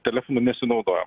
telefonu nesinaudojam